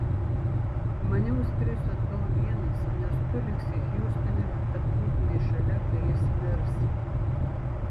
maniau skrisiu atgal vienas nes tu liksi hjustone kad būtumei šalia kai jis mirs